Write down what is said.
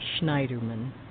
Schneiderman